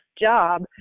job